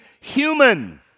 human